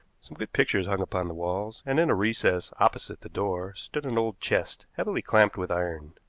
some good pictures hung upon the walls, and in a recess opposite the door stood an old chest heavily clamped with iron.